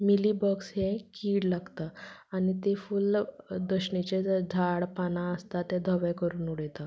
mealybugs हे कीड लागता आनी ते फुल्ल दशणीचें झाड पानां आसता ते धवे करून उडयता